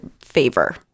favor